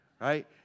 right